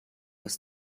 was